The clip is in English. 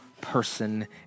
person